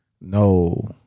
No